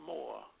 More